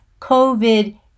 COVID